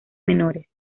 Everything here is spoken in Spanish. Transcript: menores